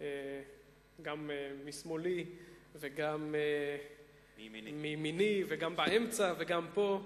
גם משמאלי וגם מימיני וגם באמצע וגם פה.